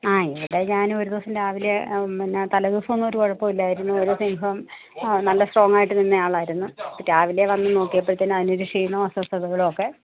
ആ ഏട്ടായി ഞാനും ഒരു ദിവസം രാവിലെ പിന്ന തലേദിവസം ഒന്നും ഒരു കുഴപ്പവും ഇല്ലായിരുന്നു ഒരു സിംഹം നല്ല സ്ട്രോങ്ങ് ആയിട്ട് നിന്ന ആളായിരുന്നു രാവിലെ വന്നു നോക്കിയപ്പോഴത്തേക്ക് അതിന് ഒരു ക്ഷീണവും ഒക്കെ